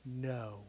no